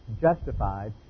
justified